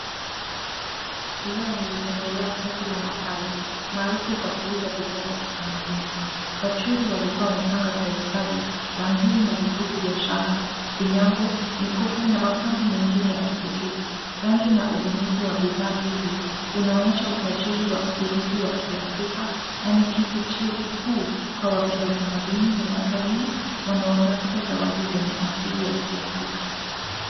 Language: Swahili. Leo nilitembelea soko la maasai, maarufu kwa kuuza bidhaa za kitamaduni. Wachuuzi walikuwa wamepanga kwa ustadi bangili na vikuku vya shanga, vinyango, mikufu na mapambo mengine ya kipekee. Rangi na ubunifu wa bidhaa hizi, unaonyesha utajiri wa kuridhi wa kiafrika, na ni kivutio kikuu kwa wapenda utamaduni na watalii wanaotafuta zawadi wenye asili ya kiafrika.